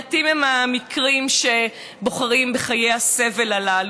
מעטים הם המקרים שבוחרים בחיי הסבל הללו,